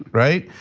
right?